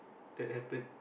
that happen